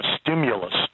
stimulus